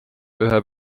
ühe